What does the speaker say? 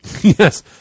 Yes